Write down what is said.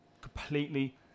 Completely